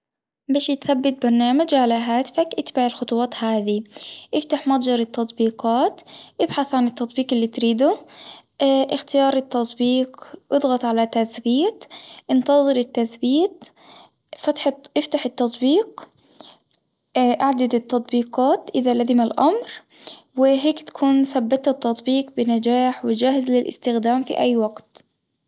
باش يتثبت برنامج على هاتفك اتبع الخطوات هذي، افتح متجر التطبيقات، ابحث عن التطبيق اللي تريده اختيار التطبيق اضغط على تثبيت ، انتظر التثبيت، فتحة افتح التطبيق أعدد التطبيقات. اذا لزم الامر وهيك تكون ثبتت التطبيق بنجاح وجاهز للاستخدام في اي وقت